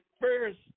first